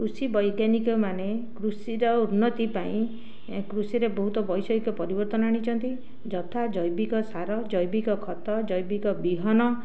କୃଷି ବୈଜ୍ଞାନିକମାନେ କୃଷିର ଉନ୍ନତି ପାଇଁ କୃଷିରେ ବହୁତ ବୈଷୟିକ ପରିବର୍ତ୍ତନ ଆଣିଛନ୍ତି ଯଥା ଜୈବିକ ସାର ଜୈବିକ ଖତ ଜୈବିକ ବିହନ